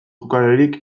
jokalarik